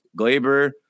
glaber